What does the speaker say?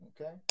Okay